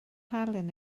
halen